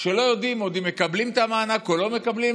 שלא יודעים עוד אם הם מקבלים את המענק או לא מקבלים,